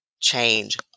change